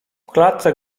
klatce